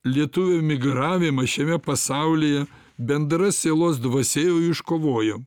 lietuvių migravimą šiame pasaulyje bendra sielos dvasia jau iškovojom